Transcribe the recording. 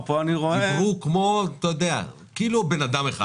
דיברו כמו כאילו בן אדם אחד.